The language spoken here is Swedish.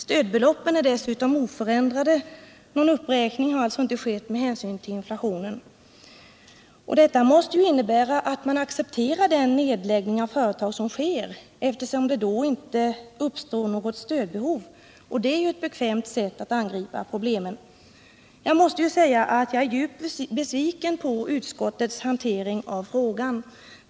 Stödbeloppen är dessutom oförändrade. Någon uppräkning har inte skett med hänsyn till inflationen. Detta måste innebära att man accepterar den nedläggning av företag som sker — då uppstår ju inte något stödbehov. Det är ett bekvämt sätt att angripa problemen. Jag måste säga att jag är djupt besviken på utskottets hantering av frågan.